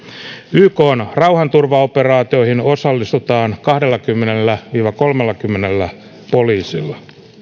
ykn rauhanturvaoperaatioihin osallistutaan kahdellakymmenellä viiva kolmellakymmenellä poliisilla